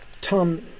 Tom